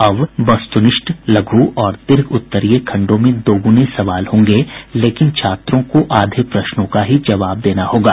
अब वस्तुनिष्ठ लघु और दीर्घ उत्तरीय खंडों में दोगुने सवाल होंगे लेकिन छात्रों को आधे प्रश्नों का ही जवाब देना होगा